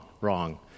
wrong